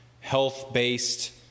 health-based